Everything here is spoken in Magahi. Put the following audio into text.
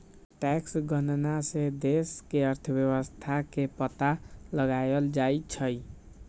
टैक्स गणना से देश के अर्थव्यवस्था के पता लगाएल जाई छई